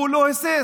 הוא לא היסס,